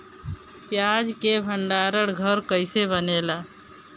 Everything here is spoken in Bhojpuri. प्याज के भंडार घर कईसे बनेला?